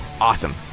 awesome